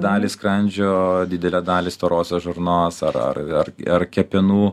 dalį skrandžio didelę dalį storosios žarnos ar ar ar ar kepenų